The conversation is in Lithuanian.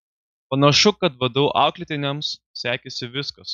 panašu kad vdu auklėtiniams sekėsi viskas